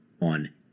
on